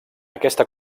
aquesta